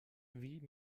wie